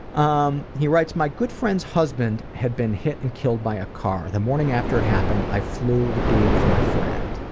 um, he writes, my good friend's husband had been hit and killed by a car. the morning after it happened i flew to be with my friend.